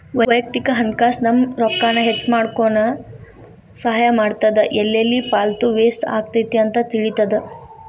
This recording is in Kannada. ವಯಕ್ತಿಕ ಹಣಕಾಸ್ ನಮ್ಮ ರೊಕ್ಕಾನ ಹೆಚ್ಮಾಡ್ಕೊನಕ ಸಹಾಯ ಮಾಡ್ತದ ಎಲ್ಲೆಲ್ಲಿ ಪಾಲ್ತು ವೇಸ್ಟ್ ಆಗತೈತಿ ಅಂತ ತಿಳಿತದ